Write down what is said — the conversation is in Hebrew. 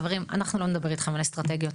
חברים, אנחנו לא נדבר איתכם על אסטרטגיות.